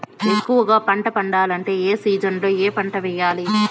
ఎక్కువగా పంట పండాలంటే ఏ సీజన్లలో ఏ పంట వేయాలి